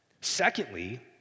Secondly